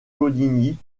coligny